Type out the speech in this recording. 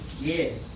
Yes